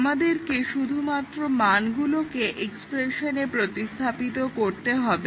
আমাদেরকে শুধুমাত্র মানগুলোকে এক্সপ্রেশনে প্রতিস্থাপিত করতে হবে